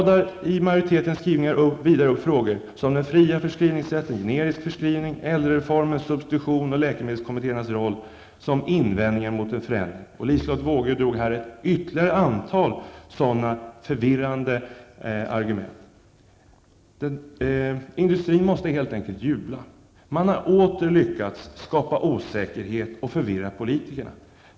I majoritetens skrivning radas upp frågor som den fria förskrivningsrätten, generisk förskrivning, äldrereformen, substitution och läkemedelskommittéernas roll som invändningar mot en förändring. Liselotte Wågö drog ytterligare ett antal sådana förvirrande argument. Industrin måste helt enkelt jubla -- man har åter lyckats skapa osäkerhet och förvirra politikerna.